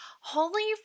Holy